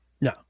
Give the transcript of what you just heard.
No